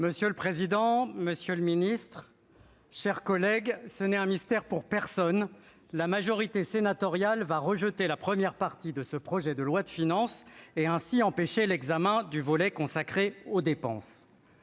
Monsieur le président, monsieur le ministre, mes chers collègues, ce n'est un mystère pour personne : la majorité sénatoriale va rejeter la première partie de ce projet de loi de finances et empêcher ainsi l'examen du volet consacré aux dépenses.